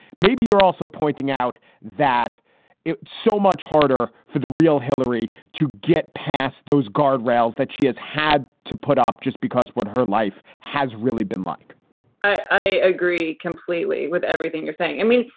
maybe you're also pointing out that it's so much harder for the real hillary to get past those guardrails that she has had to put off just because what her life has really been like i agree completely with everything you're saying. i mean,